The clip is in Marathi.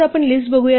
आज आपण लिस्ट बघूया